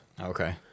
Okay